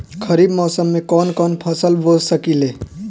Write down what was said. खरिफ मौसम में कवन कवन फसल बो सकि ले?